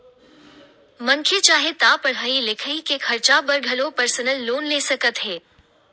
मनखे चाहे ता पड़हई लिखई के खरचा बर घलो परसनल लोन ले सकत हे